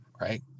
right